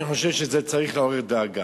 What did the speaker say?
אני חושב שזה צריך לעורר דאגה.